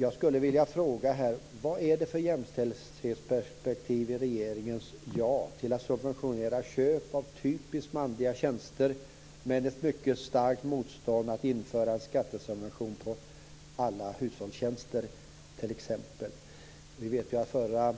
Jag skulle vilja fråga: Vad är det för jämställdhetsperspektiv i regeringens ja till att subventionera köp av typiskt manliga tjänster och i det starka motståndet till att införa en skattesubvention på t.ex. alla hushållstjänster? Vi vet ju att den förra